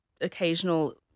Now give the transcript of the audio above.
occasional